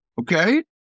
okay